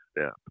step